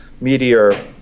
meteor